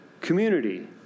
community